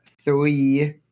three